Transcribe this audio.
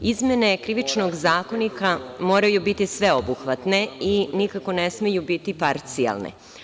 Izmene Krivičnog zakonika moraju biti sveobuhvatne i nikako ne smeju biti parcijalne.